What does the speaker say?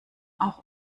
auch